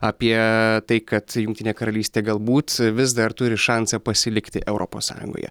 apie tai kad jungtinė karalystė galbūt vis dar turi šansą pasilikti europos sąjungoje